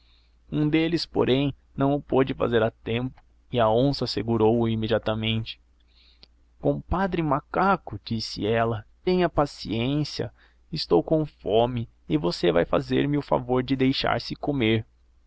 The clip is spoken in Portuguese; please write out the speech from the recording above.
um deles porém não pôde fazer a tempo e a onça segurou-o imediatamente compadre macaco disse ela tenha paciência estou com fome e você vai fazer-me o favor de deixar-se comer